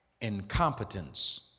incompetence